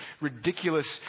ridiculous